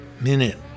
Minute